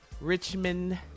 Richmond